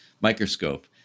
microscope